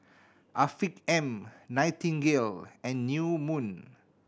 Afiq M Nightingale and New Moon